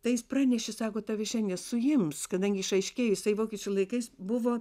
tai jis pranešė sako tave šiandien suims kadangi išaiškėjo jisai vokiečių laikais buvo